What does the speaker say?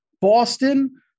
Boston